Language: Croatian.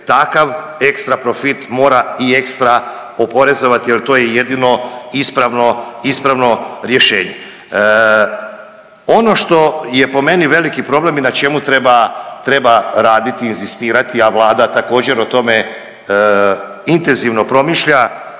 takav ekstra profit mora i ekstra oporezovati jer to je jedino ispravno rješenje. Ono što je po meni veliki problem i na čemu treba raditi i inzistirati, a vlada također o tome intenzivno promišlja